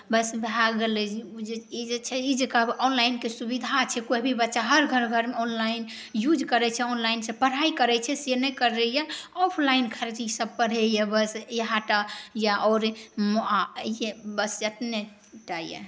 बस भऽ गेलै जे ई जे कहब ऑनलाइनके सुविधा छै कोई भी बच्चा घर घरमे ऑनलाइन यूज करै छै ऑनलाइन पढ़ाइ करै छै से नहि करैए ऑफलाइन खाली चीज सएह पढ़ैए बस इएहटा अइ आओर बस एतनेटा अइ